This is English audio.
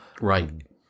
Right